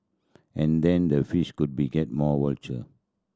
and then the fish could be get more voucher